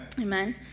Amen